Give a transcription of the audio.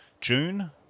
June